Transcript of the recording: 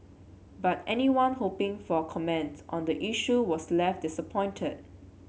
but anyone hoping for a comment on the issue was left disappointed